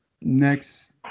next